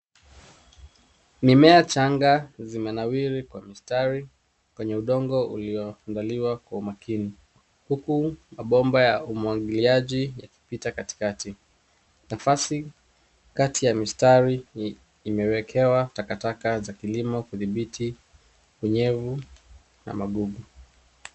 Mimea changa zimenawiri kwa mistari kwenye udongo ulioandaliwa kwa umakini, huku mabomba ya umwagiliaji yakipita katikati. Nafasi kati ya mistari hii imeekewa takataka za kilimo kudhibiti unyevu na magugu.